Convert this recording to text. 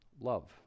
Love